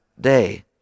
day